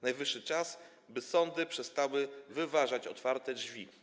Najwyższy czas, by sądy przestały wyważać otwarte drzwi.